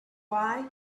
why